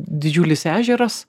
didžiulis ežeras